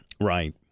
Right